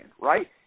right